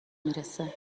میرسه